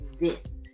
exist